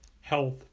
health